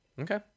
Okay